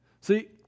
See